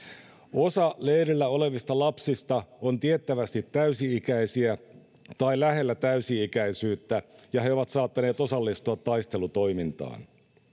osa leirillä olevista lapsista on tiettävästi täysi ikäisiä tai lähellä täysi ikäisyyttä ja he ovat saattaneet osallistua taistelutoimintaan